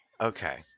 okay